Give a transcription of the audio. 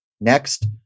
Next